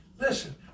Listen